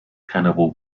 cannibal